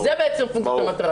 זו בעצם המטרה.